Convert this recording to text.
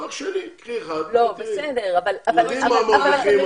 קחי אחד עם תואר שני ותשאלי.